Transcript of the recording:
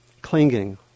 clinging